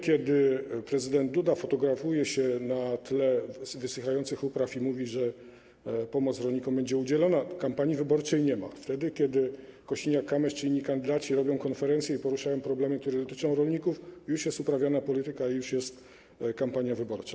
Kiedy prezydent Duda fotografuje się na tle wysychających upraw i mówi, że pomoc rolnikom będzie udzielona, kampanii wyborczej nie ma, kiedy Kosiniak-Kamysz czy inni kandydaci robią konferencję i poruszają problemy, które dotyczą rolników, już jest uprawiana polityka, już jest kampania wyborcza.